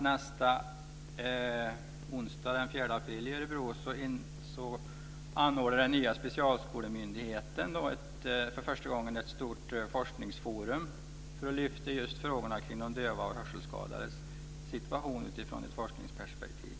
Nästa onsdag, den 4 april, anordnar den nya Specialskolemyndigheten för första gången ett stort forskningsforum i Örebro. Då ska man lyfta fram just frågorna kring de dövas och hörselskadades situation i ett forskningsperspektiv.